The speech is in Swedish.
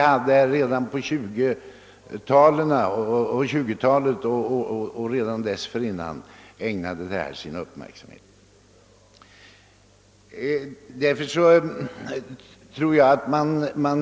Redan på 1920 talet och dessförinnan ägnades de stor uppmärksamhet särskilt då geddesyxan gick fram.